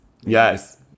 Yes